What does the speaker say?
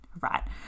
right